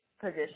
position